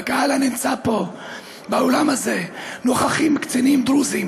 בקהל הנמצא פה באולם הזה נוכחים קצינים דרוזים